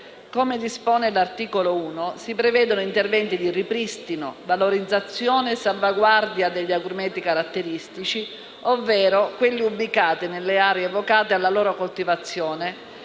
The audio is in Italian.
Come dispone l'articolo 1, si prevedono interventi di ripristino, valorizzazione e salvaguardia degli agrumeti caratteristici, ovvero quelli ubicati nelle aree vocate alla loro coltivazione,